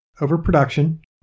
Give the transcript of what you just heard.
overproduction